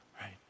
Right